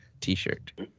t-shirt